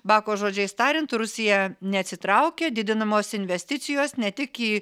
bako žodžiais tariant rusija neatsitraukia didinamos investicijos ne tik į